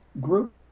group